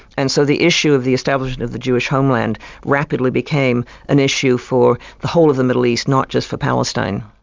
and so the issue of the establishment of the jewish homeland rapidly became an issue for the whole of the middle east, not just for palestine.